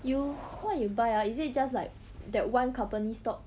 you what you buy ah is it just like that one company stock